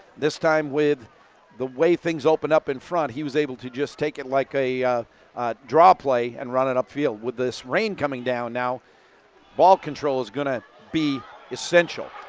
this time with the way things opened up in front, he was able to just take it like a draw play and run it up field with this rain coming down now ball control is going to be essential.